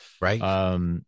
Right